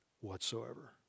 whatsoever